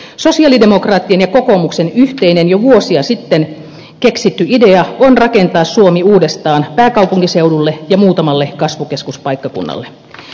sosialidemokraattien ja kokoomuksen yhteinen jo vuosia sitten keksitty idea on rakentaa suomi uudestaan pääkaupunkiseudulle ja muutamalle kasvukeskuspaikkakunnalle